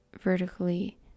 vertically